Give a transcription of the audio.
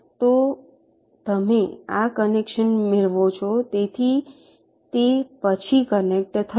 તો તમે આ કનેક્શન મેળવો છો તેથી તે પછી કનેક્ટ થશે